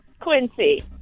Quincy